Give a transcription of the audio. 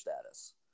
status